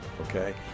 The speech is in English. okay